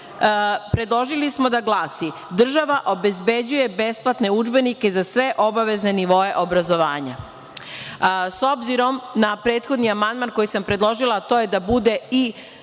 predložili smo da glasi – Država obezbeđuje besplatne udžbenike za sve obavezne nivoe obrazovanja.S obzirom na prethodni amandman koji sam predložila, a to je da bude i